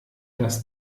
das